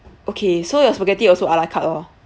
okay so your spaghetti also ala carte lor